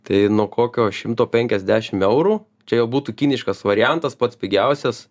tai nuo kokio šimto penkiasdešim eurų čia jau būtų kiniškas variantas pats pigiausias